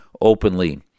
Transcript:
openly